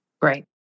Great